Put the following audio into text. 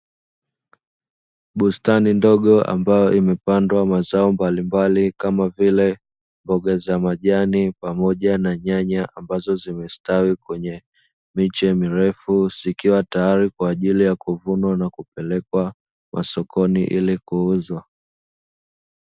Bustani ndogo ambayo imepandwa mazao mbalimbali, kama vile mboga za majani pamoja na nyanya, ambazo zimestawi kwenye miche mirefu, zikiwa tayari kwa ajili ya kuvunwa na kupelekwa masokoni ili kuuzwa.